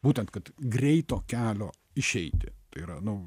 būtent kad greito kelio išeiti tai yra nu